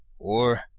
or,